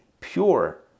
pure